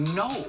no